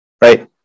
Right